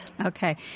Okay